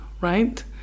right